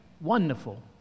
wonderful